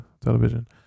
television